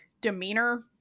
demeanor